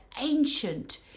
ancient